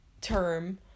term